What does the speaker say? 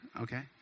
Okay